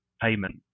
payment